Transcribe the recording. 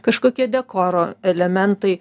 kažkokie dekoro elementai